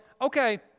okay